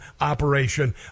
operation